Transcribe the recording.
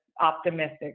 optimistic